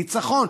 ניצחון.